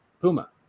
Puma